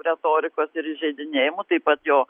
retorikos ir įžeidinėjimų taip pat jo